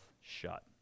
shut